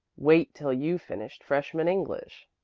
wait till you've finished freshman english.